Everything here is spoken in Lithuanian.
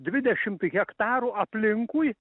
dvidešimt hektarų aplinkui